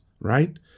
right